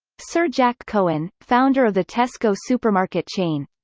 sir jack cohen, founder of the tesco supermarket chain